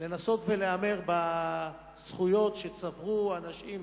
לנסות ולהמר בזכויות שצברו אנשים